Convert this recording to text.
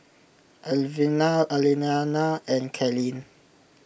Alvina Aliana and Kalyn